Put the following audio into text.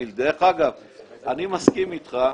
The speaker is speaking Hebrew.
אני מסכים אתך,